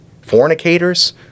fornicators